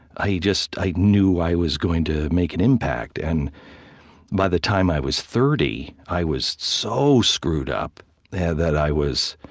i just knew i was going to make an impact. and by the time i was thirty, i was so screwed up that i was